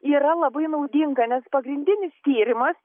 yra labai naudinga nes pagrindinis tyrimas